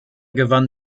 gewann